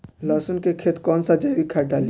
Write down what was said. लहसुन के खेत कौन सा जैविक खाद डाली?